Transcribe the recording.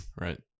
Right